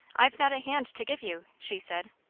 i've not a hand to give you! she said.